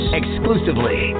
exclusively